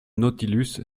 nautilus